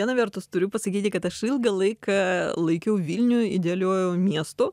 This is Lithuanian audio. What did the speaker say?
viena vertus turiu pasakyti kad aš ilgą laiką laikiau vilnių idealiu miestu